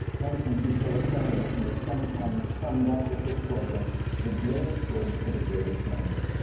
bentham's utilitarianism is sometimes summed up with the slogan the greatest good for the greatest number.